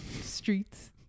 streets